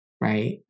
Right